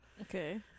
Okay